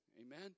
Amen